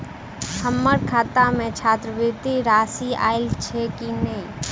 हम्मर खाता मे छात्रवृति राशि आइल छैय की नै?